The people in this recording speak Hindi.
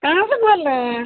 कहाँ से बोल रहे है